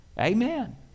Amen